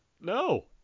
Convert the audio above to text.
No